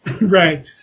Right